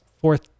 fourth